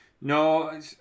no